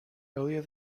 earlier